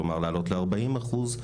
כלומר להעלות לארבעים אחוז,